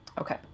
Okay